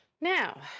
Now